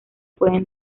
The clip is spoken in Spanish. pueden